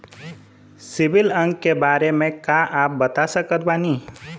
CIBIL अंक के बारे मे का आप बता सकत बानी?